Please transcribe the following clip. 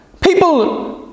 people